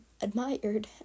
admired